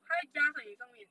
它压在你的上面